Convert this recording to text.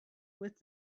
with